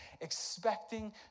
expecting